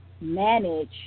manage